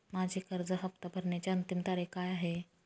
माझी कर्ज हफ्ता भरण्याची अंतिम तारीख काय आहे?